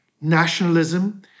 nationalism